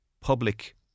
public